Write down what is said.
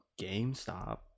GameStop